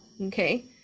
okay